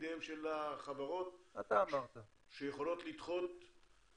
לידיהן של החברות שיכולות לדחות --- אתה אמרת.